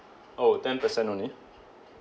oh ten percent only